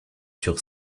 sur